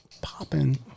popping